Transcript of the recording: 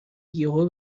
یهو